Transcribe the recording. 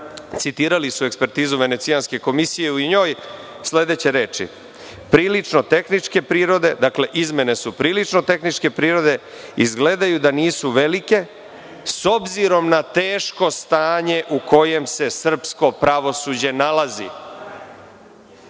citirali ekspertizu Venecijanske komisije i u njoj sledeće reči – prilično tehničke prirode. Dakle - izmene su prilično tehničke prirode, izgledaju da nisu velike, s obzirom na teško stanje u kojem se srpsko pravosuđe nalazi.